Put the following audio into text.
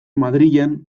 madrilen